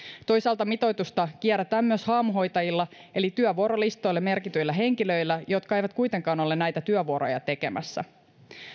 toisaalta mitoitusta kierretään myös haamuhoitajilla eli työvuorolistoille merkityillä henkilöillä jotka eivät kuitenkaan ole näitä työvuoroja tekemässä